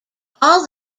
all